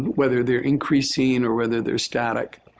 whether they're increasing or whether they're static.